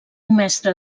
mestre